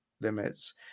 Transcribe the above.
limits